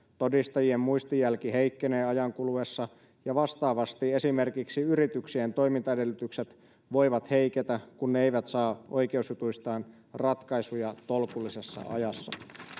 todistajien muistijälki heikkenee ajan kuluessa ja vastaavasti esimerkiksi yrityksien toimintaedellytykset voivat heiketä kun ne eivät saa oikeusjutuistaan ratkaisuja tolkullisessa ajassa